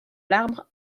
l’arbre